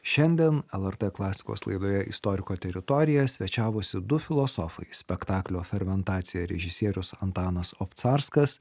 šiandien lrt klasikos laidoje istoriko teritorija svečiavosi du filosofai spektaklio fermentacija režisierius antanas obcarskas